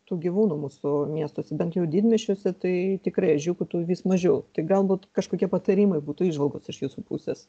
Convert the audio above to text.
tų gyvūnų mūsų miestuose bent jau didmiesčiuose tai tikrai ežiukų tų vis mažiau tik galbūt kažkokie patarimai būtų įžvalgos iš jūsų pusės